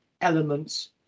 elements